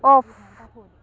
off